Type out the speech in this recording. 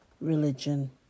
religion